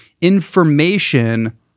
information